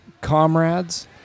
Comrades